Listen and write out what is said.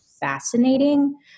fascinating